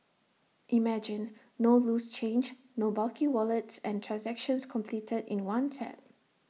imagine no loose change no bulky wallets and transactions completed in one tap